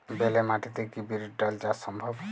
বেলে মাটিতে কি বিরির ডাল চাষ সম্ভব?